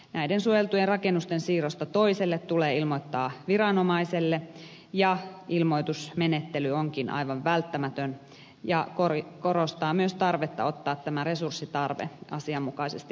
näiden suojeltujen rakennusten siirrosta toiselle tulee ilmoittaa viranomaiselle ja ilmoitusmenettely onkin aivan välttämätön ja korostaa myös tarvetta ottaa tämä resurssitarve asianmukaisesti huomioon